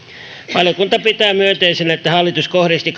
valiokunta pitää myönteisenä että hallitus kohdisti